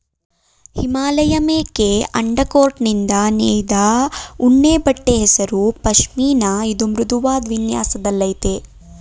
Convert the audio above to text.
ಹಿಮಾಲಯಮೇಕೆ ಅಂಡರ್ಕೋಟ್ನಿಂದ ನೇಯ್ದ ಉಣ್ಣೆಬಟ್ಟೆ ಹೆಸರು ಪಷ್ಮಿನ ಇದು ಮೃದುವಾದ್ ವಿನ್ಯಾಸದಲ್ಲಯ್ತೆ